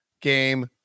game